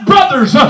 brothers